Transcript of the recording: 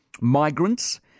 Migrants